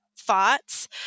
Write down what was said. thoughts